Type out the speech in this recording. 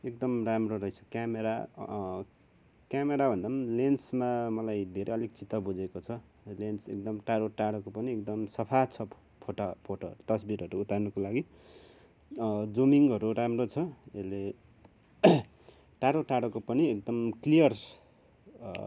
एकदम राम्रो रहेछ क्यामरा क्यामराभन्दा पनि लेन्समा मलाई धेरै अलिक चित्त बुझेको छ लेन्स एकदम टाडोटाडोको पनि एकदम सफा सफा फोटा फोटो तस्बिरहरू उतार्नुको लागि जुमिङहरू राम्रो छ यसले टाडोटाडोको पनि एकदम क्लियर